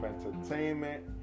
entertainment